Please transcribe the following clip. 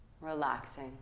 relaxing